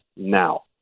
now